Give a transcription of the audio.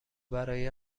برای